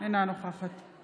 אינה נוכחת נא לקרוא